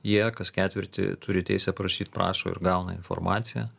jie kas ketvirtį turi teisę prašyt prašo ir gauna informaciją